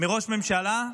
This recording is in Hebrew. מראש ממשלה,